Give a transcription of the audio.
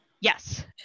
Yes